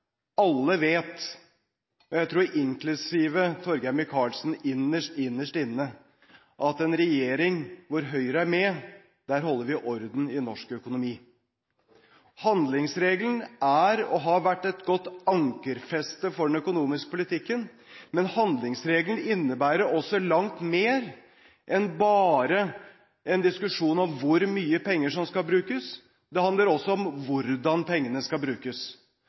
Alle vet – inklusiv Torgeir Micaelsen, innerst, innerst inne, tror jeg – at i en regjering der Høyre er med, holder vi orden på norsk økonomi. Handlingsregelen er og har vært et godt ankerfeste for den økonomiske politikken, men handlingsregelen innebærer langt mer enn bare en diskusjon om hvor mye penger som skal brukes. Det handler også om hvordan pengene skal brukes.